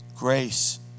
Grace